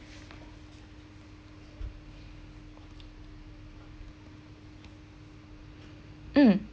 mm